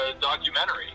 documentary